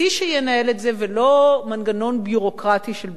זה ולא מנגנון ביורוקרטי של בית-הספר.